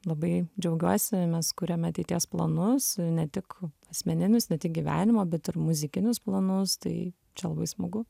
labai džiaugiuosi mes kuriam ateities planus ne tik asmeninius ne tik gyvenimo bet ir muzikinius planus tai čia labai smagu